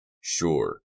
Sure